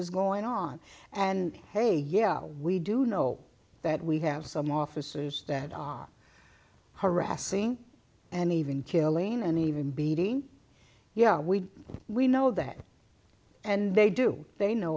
is going on and hey yeah we do know that we have some officers that are harassing and even killing and even beating yeah we we know that and they do they know